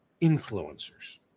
influencers